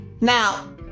Now